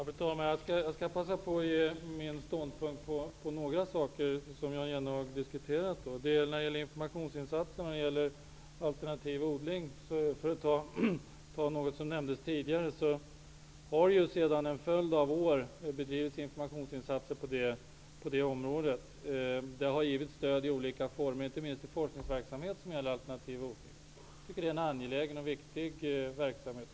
Fru talman! Jag skall passa på att ge min ståndpunkt i några frågor som Jan Jennehag har diskuterat. När det gäller alternativ odling, för att ta något som tidigare nämndes, har sedan en följd av år bedrivits informationsinsatser på området. Det har givits stöd i olika former, inte minst till forskningsverksamhet som gäller alternativ odling. Det är en angelägen verksamhet.